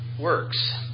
works